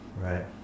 right